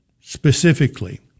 specifically